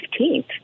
15th